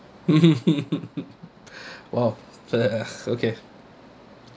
!wow! for that ah okay